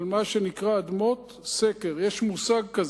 יש מושג כזה.